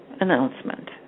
announcement